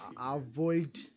avoid